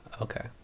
Okay